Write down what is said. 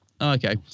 okay